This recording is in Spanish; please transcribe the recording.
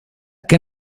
que